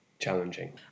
challenging